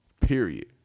Period